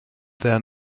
there